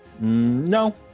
No